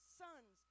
sons